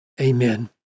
Amen